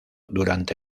durante